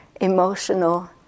emotional